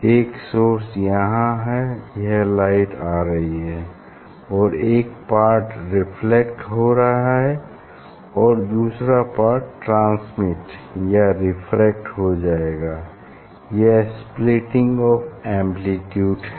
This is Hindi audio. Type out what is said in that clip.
एक सोर्स यहाँ है यह लाइट आ रही है और एक पार्ट रिफ्लेक्ट हो रहा है और दूसरा पार्ट ट्रांसमिट या रेफ्रेक्ट हो जाएगा यह स्प्लिटिंग ऑफ़ एम्प्लीट्यूड है